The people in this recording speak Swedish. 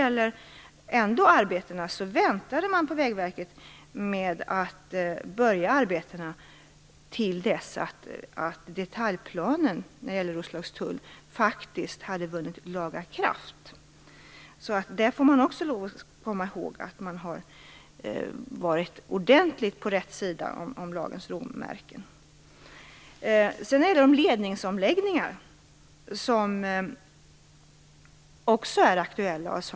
Sedan väntade man på Vägverket med att påbörja arbetena till dess att detaljplanen för Roslagstull hade vunnit laga kraft. Det får man också komma ihåg. Man har varit ordentligt på rätt sida om lagens råmärken. Sedan har vi de ledningsomläggningar som också är aktuella.